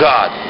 God